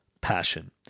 passion